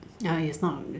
no it's not